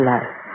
Life